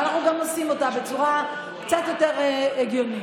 ואנחנו גם עושים אותה בצורה קצת יותר הגיונית.